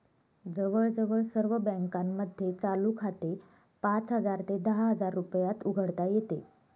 जवळजवळ सर्व बँकांमध्ये चालू खाते पाच हजार ते दहा हजार रुपयात उघडता येते